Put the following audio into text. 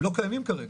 הם לא קיימים כרגע.